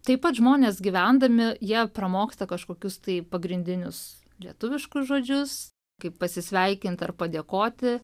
taip pat žmonės gyvendami jie pramoksta kažkokius tai pagrindinius lietuviškus žodžius kaip pasisveikint ar padėkoti